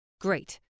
Great